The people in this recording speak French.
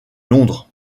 londres